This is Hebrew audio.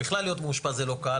בכלל להיות מאושפז זה לא קל,